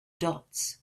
dots